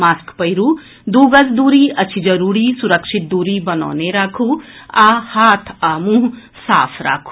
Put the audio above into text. mask पहिरू दू गज दूरी अछि जरूरी सुरक्षित दूरी बनौने राखू आओर हाथ आ मुंह साफ राखू